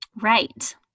Right